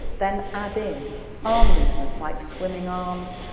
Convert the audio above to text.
then add in arm movements, like swimming arms,